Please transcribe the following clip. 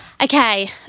Okay